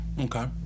Okay